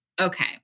Okay